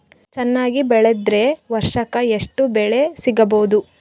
ಚೆನ್ನಾಗಿ ಬೆಳೆದ್ರೆ ವರ್ಷಕ ಎಷ್ಟು ಬೆಳೆ ಸಿಗಬಹುದು?